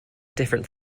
different